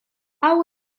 hau